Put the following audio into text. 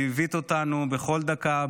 ליווית אותנו בכל דקה,